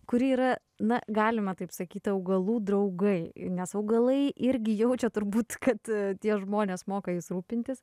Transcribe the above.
kuri yra na galima taip sakyt augalų draugai nes augalai irgi jaučia turbūt kad tie žmonės moka jais rūpintis